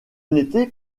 n’était